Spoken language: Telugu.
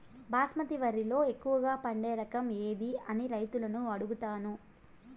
బాస్మతి వరిలో ఎక్కువగా పండే రకం ఏది అని రైతులను అడుగుతాను?